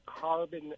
carbon